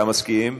אתה מסכים.